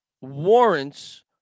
warrants –